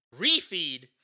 Refeed